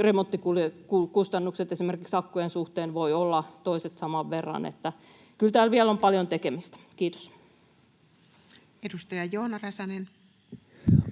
remonttikustannukset esimerkiksi akkujen suhteen voivat olla toiset saman verran. Kyllä täällä vielä on paljon tekemistä. — Kiitos. Edustaja Joona Räsänen.